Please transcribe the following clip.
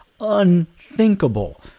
unthinkable